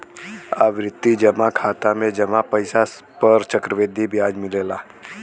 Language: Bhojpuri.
आवर्ती जमा खाता में जमा पइसा पर चक्रवृद्धि ब्याज मिलला